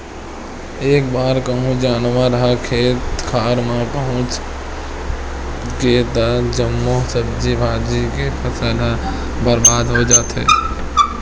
एक बार कहूँ जानवर ह खेत खार मे पहुच गे त जम्मो सब्जी भाजी के फसल ह बरबाद हो जाथे